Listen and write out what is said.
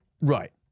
right